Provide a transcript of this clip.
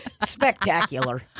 spectacular